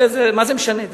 מה זה משנה?